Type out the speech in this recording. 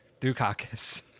Dukakis